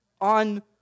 on